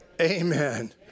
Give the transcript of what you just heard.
Amen